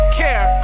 care